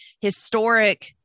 historic